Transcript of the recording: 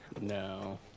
No